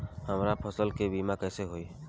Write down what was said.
हमरा फसल के बीमा कैसे होई?